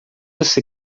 você